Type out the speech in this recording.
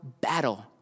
battle